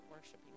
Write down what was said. worshiping